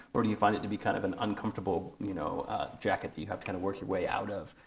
or do you find it to be kind of an uncomfortable you know jacket that you have to kind of work your way out of?